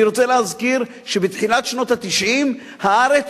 אני רוצה להזכיר שבתחילת שנות ה-90 הארץ